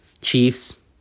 Chiefs